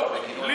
אני תיקנתי.